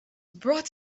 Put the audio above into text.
brought